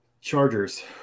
Chargers